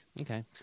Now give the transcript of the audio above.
Okay